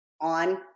on